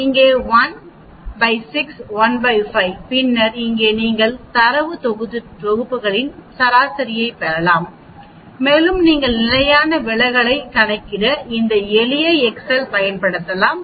இங்கே 16 15 பின்னர் இங்கே நீங்கள் தரவுத் தொகுப்புகளின் சராசரியைப் பெறலாம் மேலும் நீங்கள் நிலையான விலகல்களைக் கணக்கிட இந்த எளிய எக்செல் பயன்படுத்தலாம்